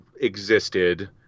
existed